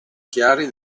chiari